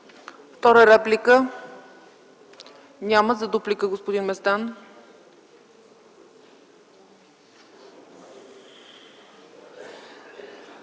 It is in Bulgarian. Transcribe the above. втора реплика? Няма. За дуплика – господин Местан.